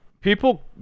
People